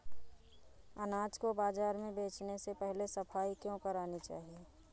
अनाज को बाजार में बेचने से पहले सफाई क्यो करानी चाहिए?